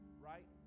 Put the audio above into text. right